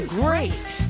great